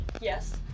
Yes